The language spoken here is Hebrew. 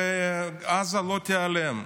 הרי עזה לא תיעלם,